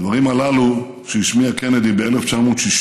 הדברים הללו, שהשמיע קנדי ב-1960,